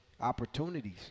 opportunities